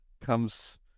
comes